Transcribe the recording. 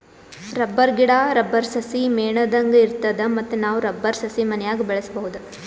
rubber ಗಿಡಾ, rubber ಸಸಿ ಮೇಣದಂಗ್ ಇರ್ತದ ಮತ್ತ್ ನಾವ್ ರಬ್ಬರ್ ಸಸಿ ಮನ್ಯಾಗ್ ಬೆಳ್ಸಬಹುದ್